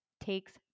takes